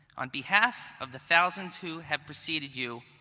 on behalf of the thousands who have preceded you,